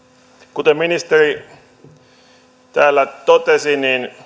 kuten ministeri täällä totesi